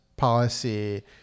policy